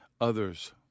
others